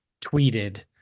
tweeted